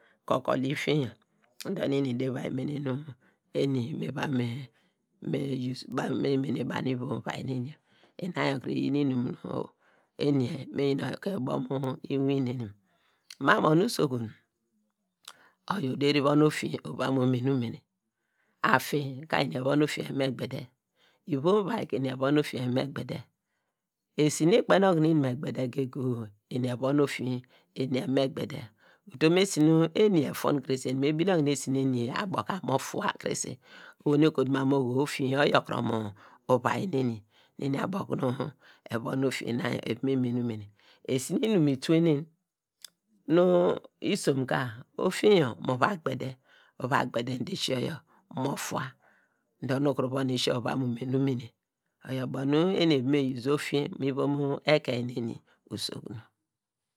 Kõkõl ifinye yor dor nu eni ede va yi mene nu eru mene banu ivom uvia nem yor ina yor kre iyin inum nu eva me yon neke ubo mu inwin neni man mu ohu usokun oyi oderi von ofinye ova mo mene umene, afin ka eni evon ofinye eva me gbede, ivom uvai ka eni evon ofinye eva me gbede, esi nu ikpen okunu eni me gbede goge o eru evon ofinye eni evo me gbede utom esi nu eni efun krese eni me bine okunu esi nu enu abo ka mo fua ma krese oho nu ekotu mam mu oho finye yor oyokuto mu uvia neni, eni abo okunu evon ofinye na yor evon okunu me mene umene esi nu inum i twene nu isom ka ofinyo mu va gbede, mu va gbede dor esi yor yor mo fua do nu ukuru von esi yor uva mu mene umene oyor ubo nu eva ofinge yor mu ivom ekein neni usokun